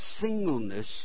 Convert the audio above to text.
singleness